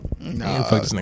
No